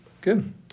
Good